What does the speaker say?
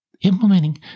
implementing